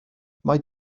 mae